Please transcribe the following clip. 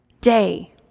day